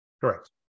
Correct